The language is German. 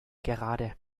gerade